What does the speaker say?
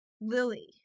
Lily